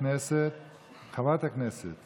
חברת הכנסת